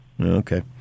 Okay